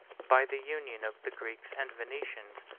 by the union of the greeks and venetians,